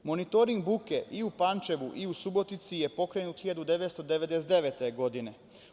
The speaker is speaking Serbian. Monitoring buke i u Pančevu i u Subotici je pokrenut 1999. godine.